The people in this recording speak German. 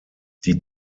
die